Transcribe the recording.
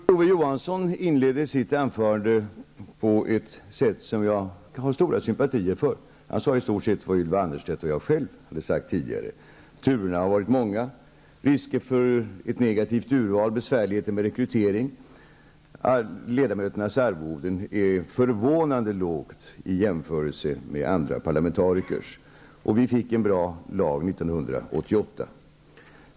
Fru talman! Kurt Ove Johansson inledde sitt anförande på ett sätt som jag har stora sympatier för. Han sade i stort sett vad Ylva Annerstedt och jag själv hade sagt tidigare. Han sade att turerna har varit många, han talade om risker för ett negativt urval och besvärligheter med rekryteringen och han sade att ledamöternas arvode är förvånande lågt i jämförelse med andra parlamentarikers. Han tyckte slutligen att vi fick en bra lag 1988.